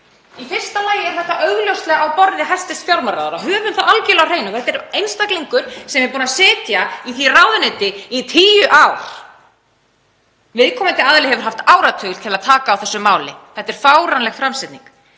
Í fyrsta lagi er þetta augljóslega á borði hæstv. fjármálaráðherra. Höfum það algerlega á hreinu að þetta er einstaklingur sem hefur setið í því ráðuneyti í tíu ár. Viðkomandi aðili hefur haft áratug til að taka á þessu máli. Þetta er fáránleg framsetning.